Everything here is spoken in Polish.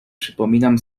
przypominam